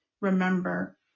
remember